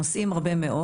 נוסעים הרבה מאוד.